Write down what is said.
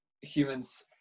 humans